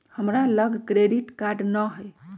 हमरा लग credit card नऽ हइ